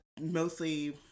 mostly